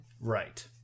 Right